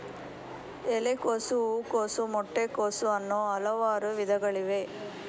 ಎಲೆಕೋಸು, ಹೂಕೋಸು, ಮೊಟ್ಟೆ ಕೋಸು, ಅನ್ನೂ ಹಲವಾರು ವಿಧಗಳಿವೆ